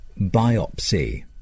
biopsy